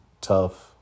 tough